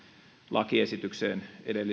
lakiesitykseen